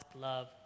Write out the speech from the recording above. love